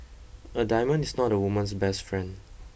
a diamond is not a woman's best friend